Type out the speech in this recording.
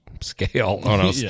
scale